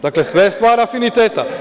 Dakle, sve je stvar afiniteta.